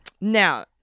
Now